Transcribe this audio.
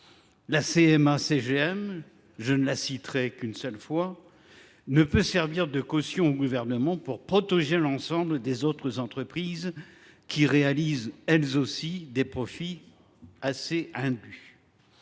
(CMA CGM) – je ne la citerai qu’une fois – ne peut servir de caution au Gouvernement pour protéger toutes les autres entreprises, qui réalisent elles aussi des profits indus.